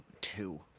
two